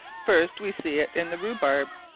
first we see it in the rubarbe,